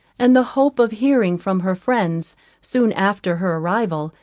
and the hope of hearing from her friends soon after her arrival,